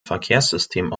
verkehrssystem